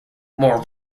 more